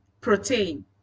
protein